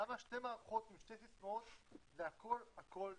למה שתי מערכות עם שתי סיסמאות והכול הכול נפרד.